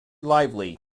lively